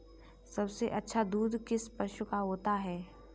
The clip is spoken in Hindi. सबसे अच्छा दूध किस पशु का होता है?